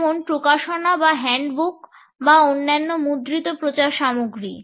যেমন প্রকাশনা বা হ্যান্ডবুক বা অন্যান্য মুদ্রিত প্রচার সামগ্রী